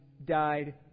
died